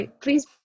please